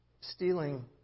stealing